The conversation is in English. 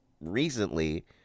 recently